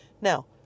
now